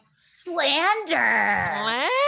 slander